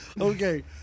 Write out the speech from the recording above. Okay